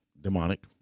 Demonic